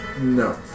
no